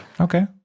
Okay